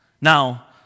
Now